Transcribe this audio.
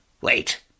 Wait